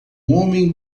homem